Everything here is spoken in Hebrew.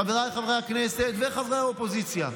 חבריי חברי הכנסת וחברי האופוזיציה,